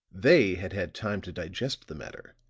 they had had time to digest the matter,